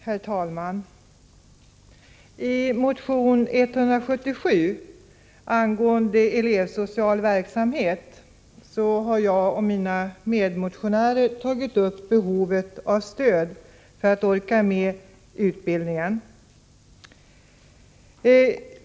Herr talman! I motion 177 angående elevsocial verksamhet har jag och mina medmotionärer tagit upp behovet av stöd för att elever skall orka med utbildningen.